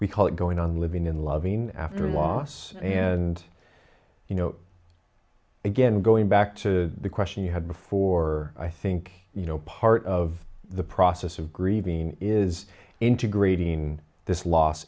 we call it going on living in loving after a loss and you know again going back to the question you had before i think you know part of the process of grieving is integrating this loss